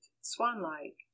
swan-like